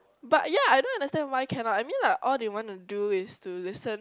but yah I don't understand why cannot I mean like all you want to do is to listen